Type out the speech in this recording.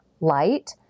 light